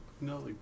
No